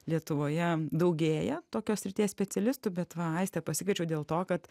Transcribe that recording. lietuvoje daugėja tokios srities specialistų bet va aistę pasikviečiau dėl to kad